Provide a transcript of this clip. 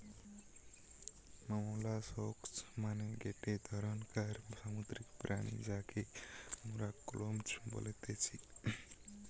molluscs মানে গটে ধরণকার সামুদ্রিক প্রাণী যাকে মোরা কম্বোজ বলতেছি